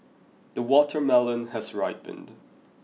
the watermelon has ripened